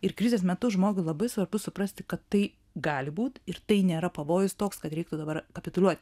ir krizės metu žmogų labai svarbu suprasti kad tai gali būt ir tai nėra pavojus toks kad reiktų dabar kapituliuot